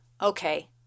okay